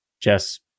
Jess